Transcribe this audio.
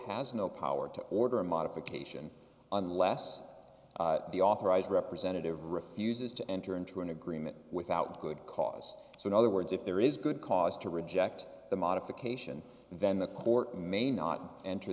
has no power to order a modification unless the authorized representative refuses to enter into an agreement without good cause so in other words if there is good cause to reject modification then the court may not enter